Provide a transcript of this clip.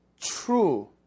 true